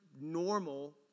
normal